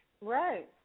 Right